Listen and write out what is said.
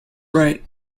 right